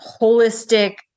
holistic